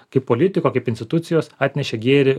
kaip politiko kaip institucijos atnešė gėrį